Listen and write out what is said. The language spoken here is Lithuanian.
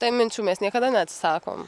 tai minčių mes niekada neatsisakom